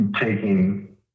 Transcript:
taking